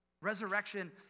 Resurrection